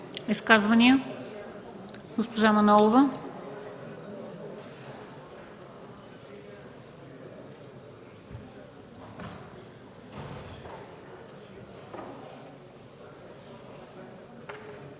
Изказвания? Госпожа Манолова.